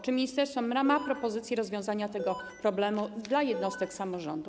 Czy ministerstwo ma propozycję rozwiązania tego problemu dla jednostek samorządu?